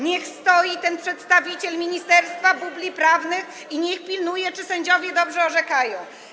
Niech stoi ten przedstawiciel ministerstwa bubli prawnych i niech pilnuje, czy sędziowie dobrze orzekają.